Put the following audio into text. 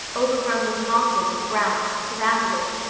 overgrown with mosses and grass, surrounded it.